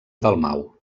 dalmau